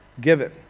given